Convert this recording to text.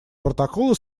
протокола